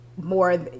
more